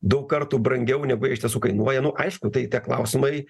daug kartų brangiau negu jie iš tiesų kainuoja nu aišku tai tie klausimai